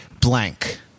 blank